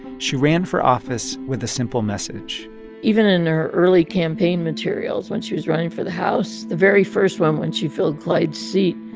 she ran for office with a simple message even in her early campaign materials when she was running for the house, the very first one when she filled clyde's seat,